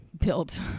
Built